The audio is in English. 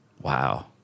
Wow